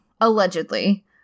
allegedly